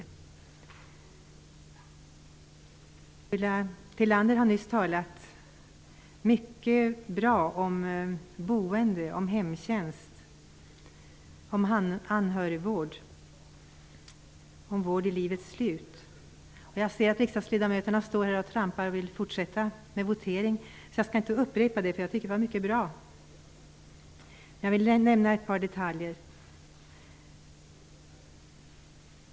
Ulla Tillander har nyss talat mycket bra om boende, om hemtjänst, om anhörigvård och om vård i livets slut. Jag ser att riksdagsledamöterna står här och trampar och vill fortsätta med votering, så jag skall inte upprepa det. Men det var mycket bra. Låt mig dock nämna några detaljer.